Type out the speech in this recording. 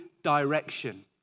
direction